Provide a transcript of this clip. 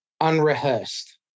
unrehearsed